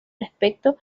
respecto